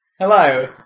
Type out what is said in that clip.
Hello